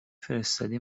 فرستادی